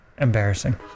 embarrassing